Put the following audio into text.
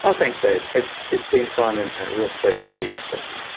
ah thanks, dave. it's it's been fun and a real pleasure to be on. thank you